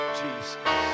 jesus